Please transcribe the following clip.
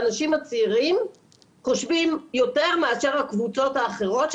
האנשים הצעירים נותנים פחות אמון בדיווחים של צה"ל מאשר הקבוצות האחרות,